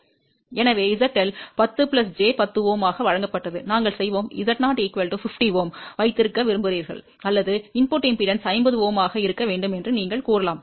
எனவே ZL 10 j 10 Ω ஆக வழங்கப்பட்டது நாங்கள் செய்வோம் Z0 50 Ω வைத்திருக்க விரும்புகிறீர்கள் அல்லது உள்ளீட்டு மின்மறுப்பு 50 Ω ஆக இருக்க வேண்டும் என்று நீங்கள் கூறலாம்